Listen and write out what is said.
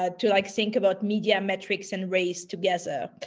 ah to like think about media metrics and race together.